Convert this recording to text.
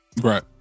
Right